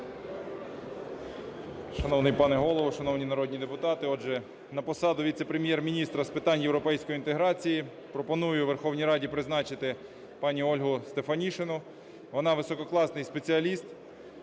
Шановний пане Голово, шановні народні депутати, отже, на посаду Віце-прем'єр-міністра з питань європейської інтеграції пропоную Верховній Раді призначити пані Ольгу Стефанішину. Вона висококласний спеціаліст,